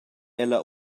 ella